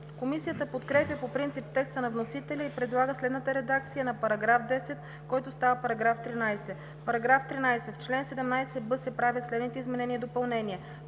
Комисията подкрепя по принцип текста на вносителя и предлага следната редакция на § 8, който става § 11: „§ 11. В чл. 16 се правят следните изменения и допълнения: